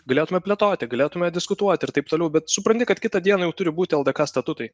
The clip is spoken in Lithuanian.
galėtume plėtoti galėtume diskutuoti ir taip toliau bet supranti kad kitą dieną jau turi būti ldk statutai